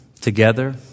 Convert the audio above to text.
together